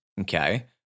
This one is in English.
Okay